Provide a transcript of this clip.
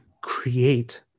create